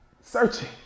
searching